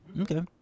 Okay